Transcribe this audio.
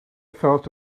felt